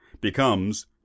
becomes